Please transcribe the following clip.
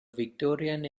victorian